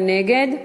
מי נגד?